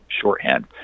shorthand